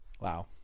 wow